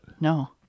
No